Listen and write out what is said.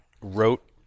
wrote